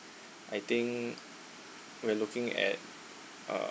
I think we're looking at uh